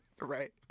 Right